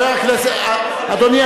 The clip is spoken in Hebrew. אדוני,